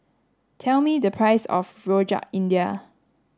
tell me the price of Rojak India